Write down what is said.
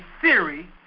theory